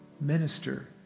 minister